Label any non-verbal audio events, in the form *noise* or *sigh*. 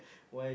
*breath*